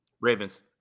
Ravens